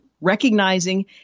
recognizing